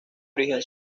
origen